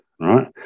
right